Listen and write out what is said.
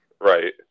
Right